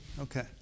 Okay